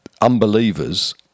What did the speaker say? unbelievers